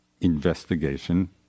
investigation